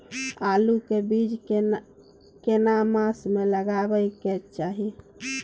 आलू के बीज केना मास में लगाबै के चाही?